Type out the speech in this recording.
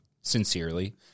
sincerely